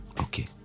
Okay